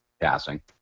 passing